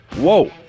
Whoa